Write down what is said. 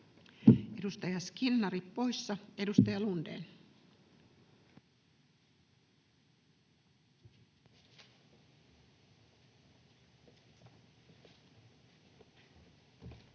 Edustaja Skinnari, poissa. — Edustaja Lundén.